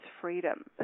freedom